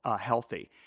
healthy